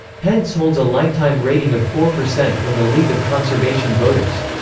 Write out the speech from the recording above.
pence holds a lifetime rating of four percent from the league of conservation voters.